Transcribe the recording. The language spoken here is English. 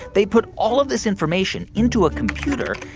they put all of this information into a computer.